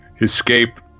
escape